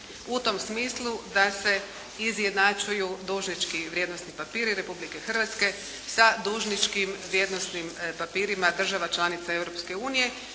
u tom smislu da se izjednačuju dužnički i vrijednosni papiri Republike Hrvatske sa dužničkim vrijednosnim papirima država članica